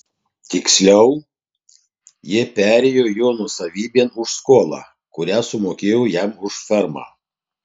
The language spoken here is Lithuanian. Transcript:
tiksliau jie perėjo jo nuosavybėn už skolą kurią sumokėjau jam už fermą